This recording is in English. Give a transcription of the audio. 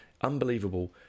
unbelievable